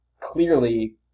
clearly